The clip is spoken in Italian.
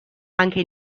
anche